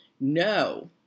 no